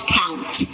count